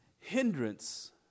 hindrance